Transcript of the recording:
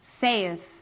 saith